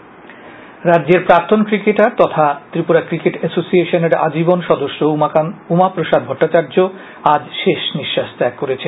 cricketer Umaprasad রাজ্যের প্রাক্তন cricketer তথা ত্রিপুরা ক্রিকেট এসোসিয়েশনের আজীবন সদস্য উমাপ্রসাদ ভট্টাচার্য আজ শেষ নিঃশ্বাস ত্যাগ করেছেন